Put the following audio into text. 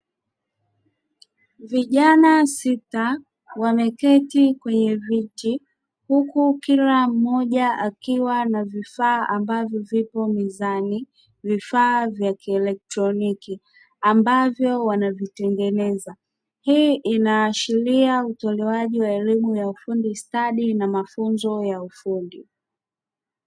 Vijana sita wameketi kwenye viti huku kila mmoja akiwa na vifaa ambavyo vipo mezani vifaa vya kieletroniki ambavyo wanavitengeneza. Hii inaashiria utolewaji wa elimu ya ufundi stadi na mafunzo ya ufundi.